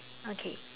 okay